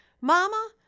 Mama